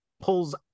pulls